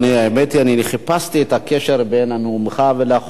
האמת היא שאני חיפשתי את הקשר בין נאומך לחוק,